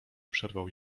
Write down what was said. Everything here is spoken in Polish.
przerwał